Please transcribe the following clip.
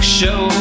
show